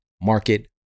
market